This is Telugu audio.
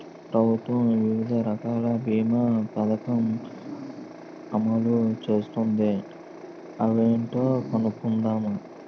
ప్రభుత్వం వివిధ రకాల బీమా పదకం అమలు చేస్తోంది అవేంటో కనుక్కుందామా?